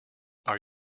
are